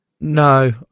No